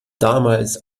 damals